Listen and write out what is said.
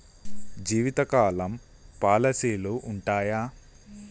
జీవితకాలం పాలసీలు ఉంటయా?